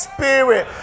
Spirit